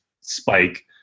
spike